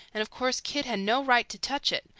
and of course kidd had no right to touch it,